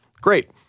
Great